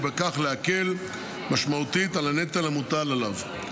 ובכך להקל משמעותית על הנטל המוטל עליו.